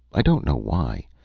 i don't know why,